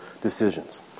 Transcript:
decisions